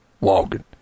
Walking